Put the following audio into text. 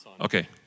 Okay